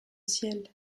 ciel